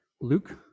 Luke